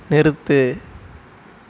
நிறுத்து